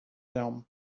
them